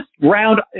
round